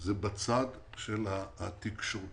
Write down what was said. זה בצד התקשורתי.